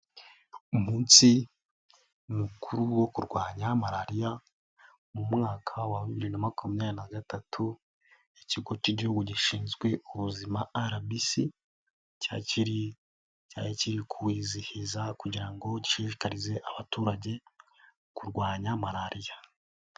Umunsi mukuru wo kurwanya malaria, mu mwaka wa bibiri na makumyabiri na gatatu, ikigo cy'igihugu gishinzwe ubuzima RBC, cyari kiri kwiwizihiza kugira ngo gishishikarize abaturage, kurwanya malaria.